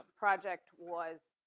project was